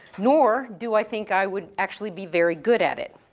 nor do i think i would actually be very good at it.